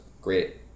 great